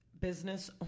business